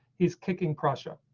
he's kicking pressure,